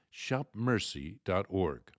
shopmercy.org